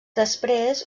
després